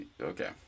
okay